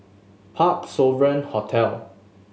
Parc Sovereign Hotel